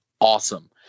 awesome